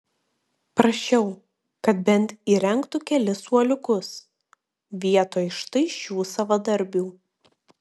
prašiau kad bent įrengtų kelis suoliukus vietoj štai šių savadarbių